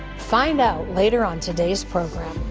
find out later on today's program.